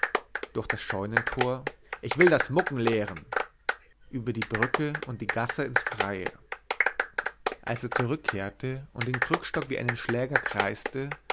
durch das scheunentor ich will das mucken lehren über die brücke und die gasse ins freie als er zurückkehrte und den krückstock wie einen schläger kreiste